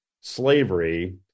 slavery